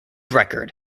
record